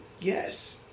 yes